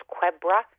Quebra